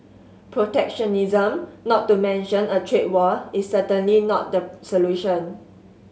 protectionism not to mention a trade war is certainly not the solution